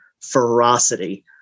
ferocity